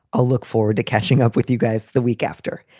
i'll look forward to catching up with you guys the week after.